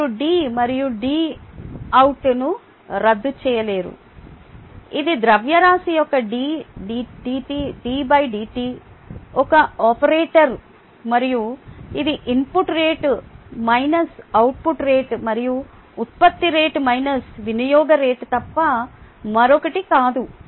మీరు d మరియు d out ను రద్దు చేయలేరు ఇది ద్రవ్యరాశి యొక్క ddt ddt ఒక ఆపరేటర్ మరియు ఇది input rate minus output rate మరియు ఉత్పత్తి రేటు మైనస్ వినియోగ రేటు తప్ప మరొకటి కాదు